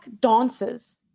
dances